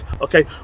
okay